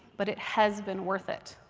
but it has been worth it.